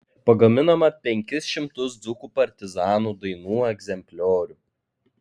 pagaminome penkis šimtus dzūkų partizanų dainų egzempliorių